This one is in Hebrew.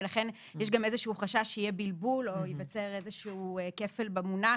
לכן יש גם איזשהו חשש שיהיה בלבול או ייווצר איזשהו כפל במונח,